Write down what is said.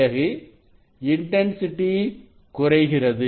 பிறகு இன்டன்சிட்டி குறைகிறது